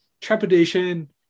trepidation